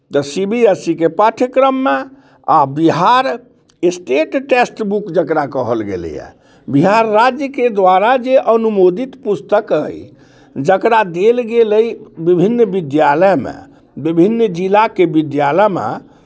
तऽ C B S E के पाठ्यक्रममे आ बिहार स्टेट टेक्स्ट बुक जकरा कहल गेलैए बिहार राज्यके द्वारा जे अनुमोदित पुस्तक अइ जकरा देल गेल अइ विभिन्न विद्यालयमे विभिन्न जिलाके विद्यालयमे